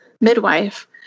midwife